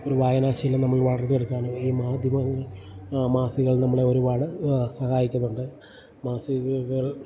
ഒരു വായനാശീലം നമ്മളിൽ വളർത്തിെടുക്കാനും ഈ മാധ്യമങ്ങൾ മാസികകൾ നമ്മളെ ഒരുപാട് സഹായിക്കുന്നുണ്ട് മാസികകൾക്ക്